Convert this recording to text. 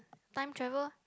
time travel